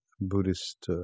Buddhist